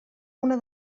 una